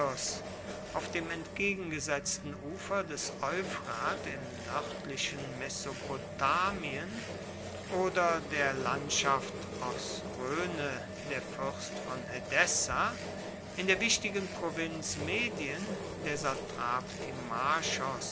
auf dem entgegengesetzten ufer des euphrat im nördlichen mesopotamien oder der landschaft osrhoene der fürst von edessa in der wichtigen provinz medien der satrap